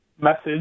message